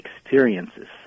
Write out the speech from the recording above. experiences